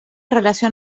relación